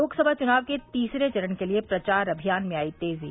लोकसभा च्नाव के तीसरे चरण के लिए प्रचार अभियान में आई तेजी